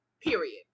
period